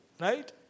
Right